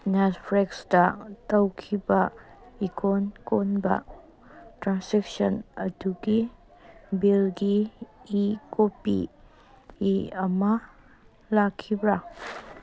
ꯅꯦꯠꯐ꯭ꯂꯤꯛꯁꯇ ꯇꯧꯈꯤꯕ ꯏꯀꯣꯟ ꯀꯣꯟꯕ ꯇ꯭ꯔꯥꯟꯁꯦꯛꯁꯟ ꯑꯗꯨꯒꯤ ꯕꯤꯜꯒꯤ ꯏ ꯀꯣꯄꯤ ꯑꯃ ꯂꯥꯛꯈꯤꯕ꯭ꯔꯥ